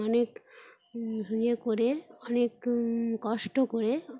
অনেক ইয়ে করে অনেক কষ্ট করে